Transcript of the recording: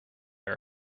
are